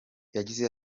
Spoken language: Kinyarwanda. yagize